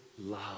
love